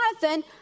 Jonathan